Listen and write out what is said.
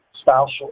spousal